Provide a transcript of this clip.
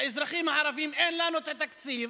לאזרחים הערבים: אין לנו את התקציב,